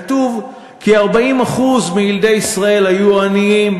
כתוב כי 40% מילדי ישראל היו עניים,